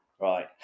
right